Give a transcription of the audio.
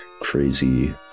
crazy